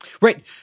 right